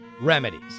remedies